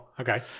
Okay